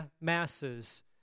masses